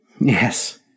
Yes